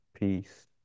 peace